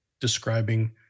describing